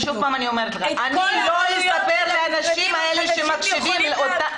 אני שוב אומרת ----- אני לא אספר לאנשים האלה שמקשיבים לנו אי אמת